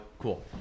cool